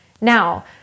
Now